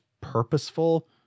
purposeful